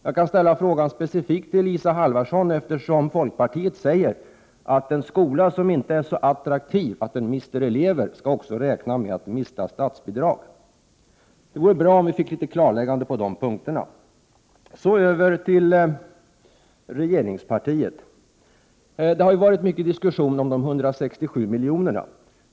Jag kan ställa frågan specifikt till Isa Halvarsson, eftersom folkpartiet säger att en skola som inte är så attraktiv utan mister elever också skall räkna med att mista statsbidrag. Det vore bra om vi kunde få ett klarläggande på de punkterna. Jag går vidare till regeringspartiet. Det har varit många diskussioner om de 167 milj.kr.